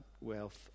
wealth